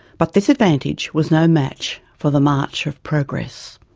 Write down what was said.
but this advantage was no match for the march of progress.